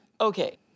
Okay